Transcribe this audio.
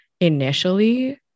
initially